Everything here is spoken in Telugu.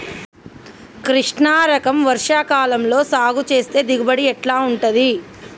కృష్ణ రకం వర్ష కాలం లో సాగు చేస్తే దిగుబడి ఎట్లా ఉంటది?